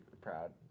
proud